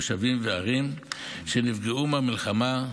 במושבים ובערים שנפגעו במלחמה,